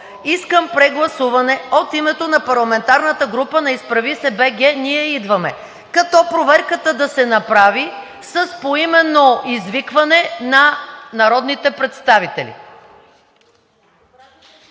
искам прегласуване от името на Парламентарната група на „Изправи се БГ! Ние идваме!“, като проверката да се направи с поименно извикване на народните представители.